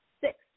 Six